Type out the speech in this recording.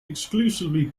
exclusively